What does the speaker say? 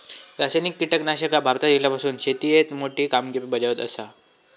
रासायनिक कीटकनाशका भारतात इल्यापासून शेतीएत मोठी कामगिरी बजावत आसा